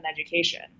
education